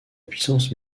puissance